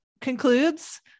concludes